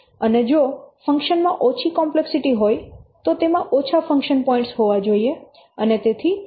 અને જો ફંક્શન માં ઓછી કોમ્પ્લેક્સિટી હોય તો તેમાં ઓછા ફંક્શન પોઇન્ટ હોવા જોઈએ અને તેથી સાઈઝ ઓછી હોવી જોઈએ